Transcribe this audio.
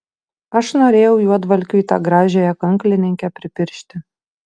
aš norėjau juodvalkiui tą gražiąją kanklininkę pripiršti